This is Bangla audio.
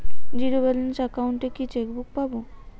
জীরো ব্যালেন্স অ্যাকাউন্ট এ কি চেকবুক পাব?